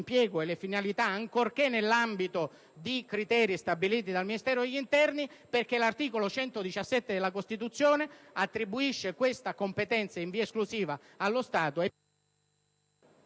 e le finalità - ancorché nell'ambito di criteri stabiliti dal Ministero dell'interno - perché l'articolo 117 della Costituzione attribuisce questa competenza in via esclusiva allo Stato